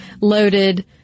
loaded